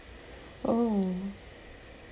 oh